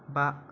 बा